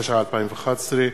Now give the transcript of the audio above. התשע"א 2011,